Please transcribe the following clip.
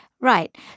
Right